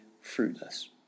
fruitless